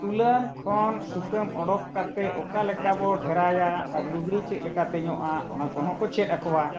ᱛᱩᱞᱟᱹᱢ ᱠᱷᱚᱱ ᱥᱩᱛᱟᱹᱢ ᱚᱰᱚᱠ ᱠᱟᱛᱮᱫ ᱚᱠᱟ ᱞᱮᱠᱟ ᱵᱚᱱ ᱰᱷᱮᱨᱟᱭᱟ ᱟᱨ ᱞᱩᱜᱽᱲᱤᱡ ᱪᱮᱫ ᱞᱮᱠᱟ ᱛᱮᱧᱚᱜᱼᱟ ᱚᱱᱟ ᱠᱚᱦᱚᱸ ᱠᱚ ᱪᱮᱫ ᱟᱠᱚᱣᱟ